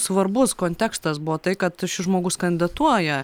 svarbus kontekstas buvo tai kad šis žmogus kandidatuoja